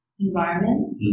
environment